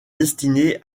destiné